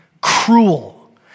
cruel